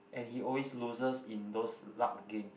and he always loses in those luck game